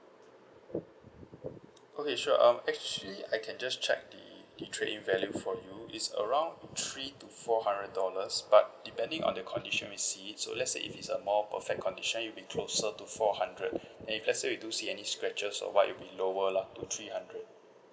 okay sure um actually I can just check the the trade in value for you it's around three to four hundred dollars but depending on the condition we see it so let's say if it's a more perfect condition it'll be closer to four hundred and if let's say we do see any scratches or what it'll be lower lah to three hundred